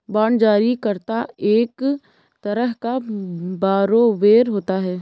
bond जारी करता एक तरह का बारोवेर होता है